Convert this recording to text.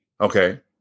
Okay